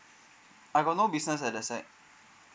I got no business at the side